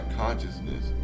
consciousness